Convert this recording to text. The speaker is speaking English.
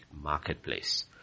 marketplace